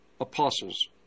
apostles